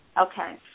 Okay